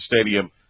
Stadium